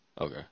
Okay